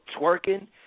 twerking